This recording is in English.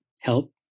help